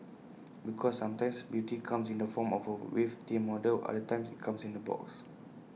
because sometimes beauty comes in the form of A waif thin model other times IT comes in A box